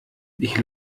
ich